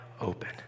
open